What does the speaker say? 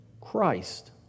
Christ